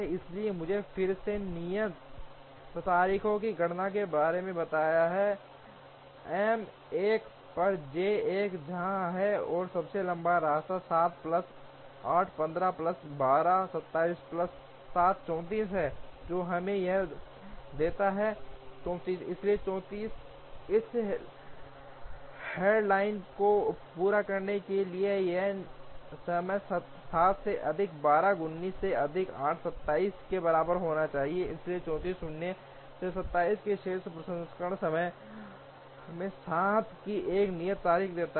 इसलिए मुझे फिर से नियत तारीखों की गणना के बारे में बताएं एम 1 पर जे 1 यहां है और सबसे लंबा रास्ता 7 प्लस 8 15 प्लस 12 27 प्लस 7 34 है जो हमें यह देता है 34 इसलिए 34 की इस हेड लाइन को पूरा करने के लिए यह समय 7 से अधिक 12 19 से अधिक 8 27 के बराबर होना चाहिए इसलिए 34 शून्य से 27 के शेष प्रसंस्करण समय हमें 7 की एक नियत तारीख देता है